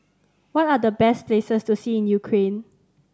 what are the best places to see in Ukraine